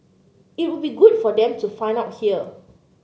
it would be good for them to find out here